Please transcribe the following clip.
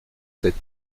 sept